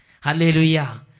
Hallelujah